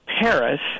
Paris